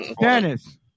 Dennis